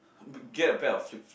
get a pair of flip flop